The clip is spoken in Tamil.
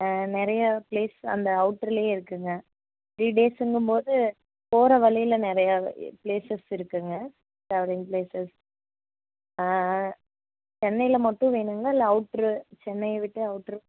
நிறையா ப்ளேஸ் அந்த அவுட்ருலயே இருக்குங்க த்ரீ டேஸுங்கம்போது போகற வழில நிறையா ப்ளேசஸ் இருக்குங்க ப்ளேசஸ் சென்னையில மட்டும் வேணுங்களா இல்லை அவுட்ரு சென்னையை விட்டு அவுட்ரு